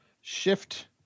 shift